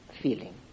feeling